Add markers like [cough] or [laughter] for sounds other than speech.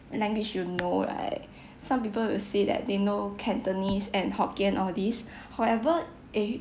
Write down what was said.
language you know right [breath] some people will say that they know cantonese and hokkien all these [breath] however eh